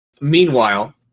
Meanwhile